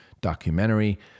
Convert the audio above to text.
documentary